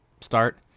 start